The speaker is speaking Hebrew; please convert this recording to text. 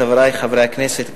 חברי חברי הכנסת,